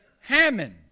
Hammond